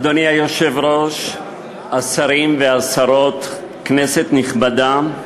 אדוני היושב-ראש, השרים והשרות, כנסת נכבדה,